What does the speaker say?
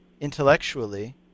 intellectually